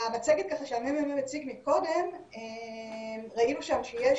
במצגת שהממ"מ הציג מקודם ראינו שיש